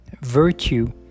virtue